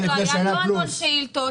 לא ענו על שאילתות.